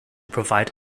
provide